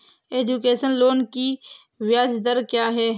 Education loan की ब्याज दर क्या है?